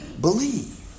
believe